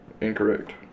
Incorrect